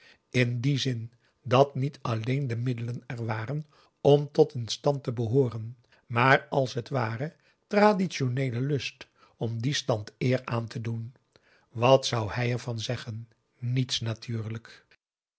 in dien zin dat niet alleen de middelen er waren om tot een stand te behooren maar de als het ware traditioneele lust om dien stand eer aan te doen wat zou hij er van zeggen niets natuurlijk